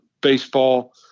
baseball